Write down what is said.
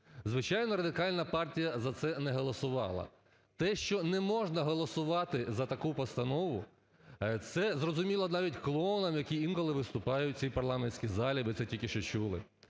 Звичайно Радикальна партія за це не голосувала, те, що не можна голосувати за таку постанову, це зрозуміло навіть клоунам, які інколи виступають в цій парламентській залі, ви це тільки що чули.